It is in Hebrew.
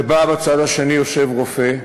שבו בצד השני יושב רופא,